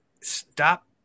stop